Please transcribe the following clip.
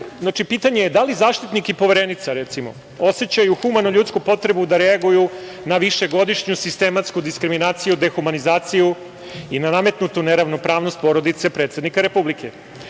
Pitanje je – da li Zaštitnik i Poverenica, recimo, osećaju humanu ljudsku potrebu da reaguju na višegodišnju sistematsku diskriminaciju, dehumanizaciju i ne nametnutu neravnopravnost porodice predsednika Republike?